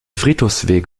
friedhofsweg